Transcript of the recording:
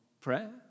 prayer